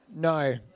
No